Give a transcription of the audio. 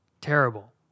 Terrible